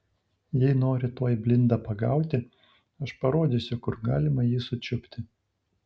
jei nori tuoj blindą pagauti aš parodysiu kur galima jį sučiupti